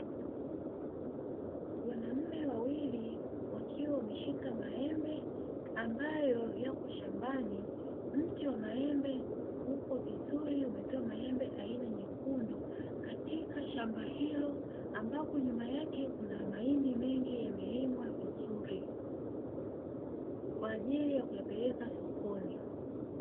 Wanaume wawili wakiwa wameshika maembe ambayo yako shambani, mti wa maembe huko vizuri umetoa maembe aina nyekundu katika shamba hilo ambako nyuma yake kuna mahindi mengi yamelimwa vizuri, kwa ajili ya kuyapeleka sokoni.